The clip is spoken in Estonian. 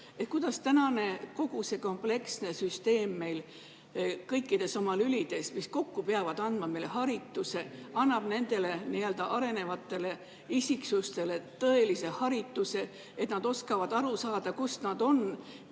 Kuidas kogu see tänane kompleksne süsteem kõikides oma lülides, mis kokku peavad andma meile harituse, annab nendele arenevatele isiksustele tõelise harituse, et nad oskaksid aru saada, kust nad on,